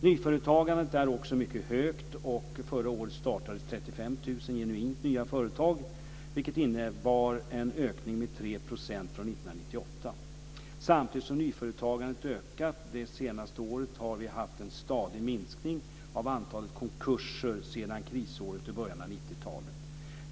Nyföretagandet är också mycket stort och förra året startades 35 000 genuint nya företag, vilket innebar en ökning med 3 % från 1998. Samtidigt som nyföretagandet ökat det senaste året har vi haft en stadig minskning av antalet konkurser sedan krisåren i början av 90-talet.